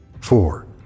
Four